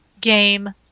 game